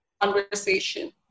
conversation